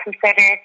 consider